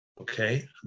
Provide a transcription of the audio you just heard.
okay